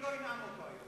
אני לא אנאם אותו היום.